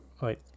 Right